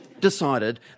decided